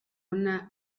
una